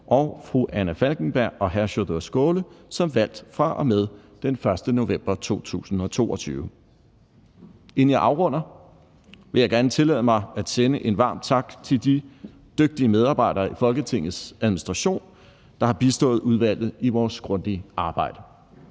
og fru Anna Falkenberg og hr. Sjúrður Skaale som valgte fra og med den 1. november 2022. Inden jeg afrunder, vil jeg gerne tillade mig at sende en varm tak til de dygtige medarbejdere i Folketingets Administration, der har bistået udvalget i vores grundige arbejde.